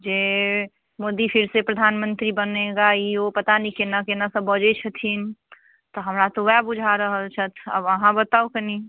जेऽ मोदी फिर से प्रधानमन्त्री बनेगा ई ओ पता नहि केना केना सब बजैत छथिन तऽ हमरा तऽ ओएह बुझा रहल छथि आब अहाँ बताउ कनि